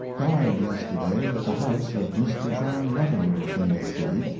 died yesterday at the house of mr. john leavenworth in this city,